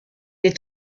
est